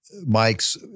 Mike's